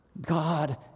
God